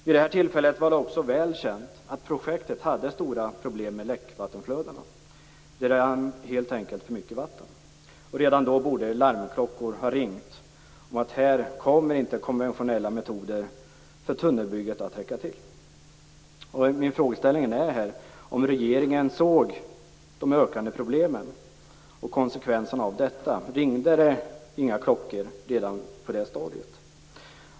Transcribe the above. Vid detta tillfälle var det också väl känt att projektet hade stora problem med läckvattenflödena. Det rann helt enkelt för mycket vatten, och redan då borde larmklockor ha ringt. Här skulle inte konventionella metoder för tunnelbygge att räcka till. Min fråga är om regeringen såg de ökande problemen och konsekvenserna av dessa. Ringde inte några klockor redan på det stadiet?